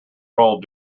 role